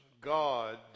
God